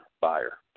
buyer